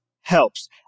helps